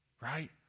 right